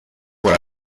por